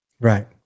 Right